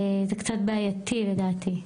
זה קצת בעייתי לדעתי.